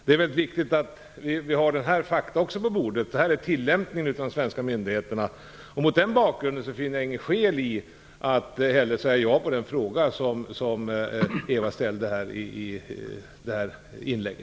Det är mycket viktigt att vi har dessa fakta på bordet. Det är de svenska myndigheternas tillämpning. Mot den bakgrunden finner jag inget skäl att svara ja på den fråga som Eva Zetterberg ställde.